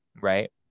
Right